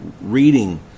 reading